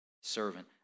servant